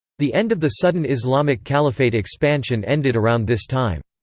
the end of the sudden islamic caliphate expansion ended around this time.